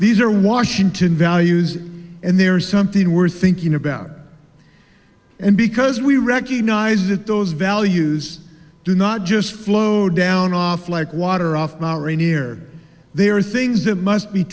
these are washington values and there's something worth thinking about and because we recognize that those values do not just flow down off like water off not rainier there are things that must be